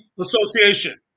association